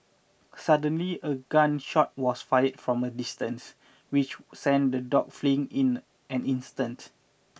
suddenly a gun shot was fired from a distance which sent the dogs fleeing in an instant